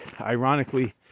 ironically